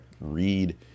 read